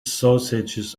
sausages